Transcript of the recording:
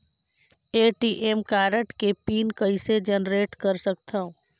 ATM card के PIN कइसे generate कर सकथव?